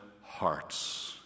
hearts